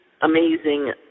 amazing